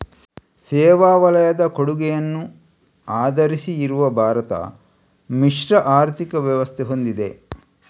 ಸೇವಾ ವಲಯದ ಕೊಡುಗೆಯನ್ನ ಆಧರಿಸಿ ಇರುವ ಭಾರತ ಮಿಶ್ರ ಆರ್ಥಿಕ ವ್ಯವಸ್ಥೆ ಹೊಂದಿದೆ